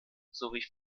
sowie